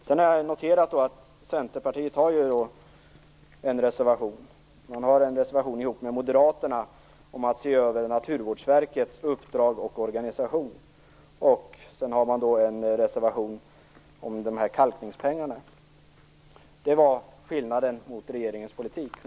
Jag har noterat att Centerpartiet tillsammans med Moderaterna har fogat en reservation till betänkandet om att man skall se över Naturvårdsverkets uppdrag och organisation. Man har också fogat en reservation till betänkandet om kalkningspengarna. Det var skillnaden mot regeringens politik.